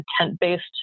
intent-based